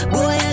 Boy